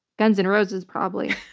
guns and roses, probably.